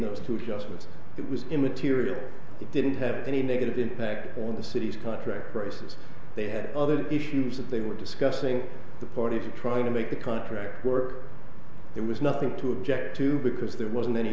those two just as it was immaterial it didn't have any negative impact on the city's contract races they had other issues that they were discussing the party trying to make the contract work there was nothing to object to because there wasn't any